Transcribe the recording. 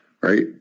right